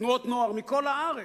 תנועות נוער, מכל הארץ.